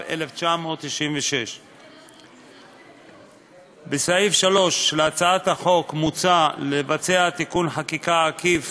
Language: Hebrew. התשנ"ו 1996. בסעיף 3 להצעת החוק מוצע לבצע תיקון חקיקה עקיף